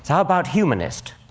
so about humanist?